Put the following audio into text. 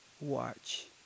watch